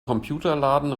computerladen